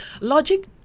Logic